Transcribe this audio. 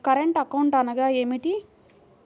Current account అనగా ఏమిటి?